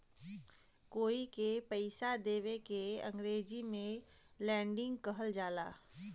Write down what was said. कोई के पइसा देवे के अंग्रेजी में लेंडिग कहल जाला